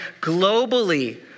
globally